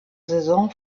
saison